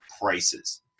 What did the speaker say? prices